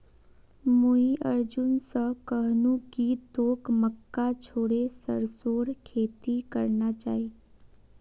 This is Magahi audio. मुई अर्जुन स कहनु कि तोक मक्का छोड़े सरसोर खेती करना चाइ